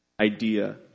idea